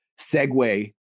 segue